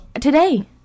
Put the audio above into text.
Today